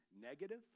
negative